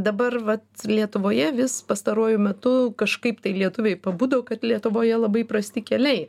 dabar vat lietuvoje vis pastaruoju metu kažkaip tai lietuviai pabudo kad lietuvoje labai prasti keliai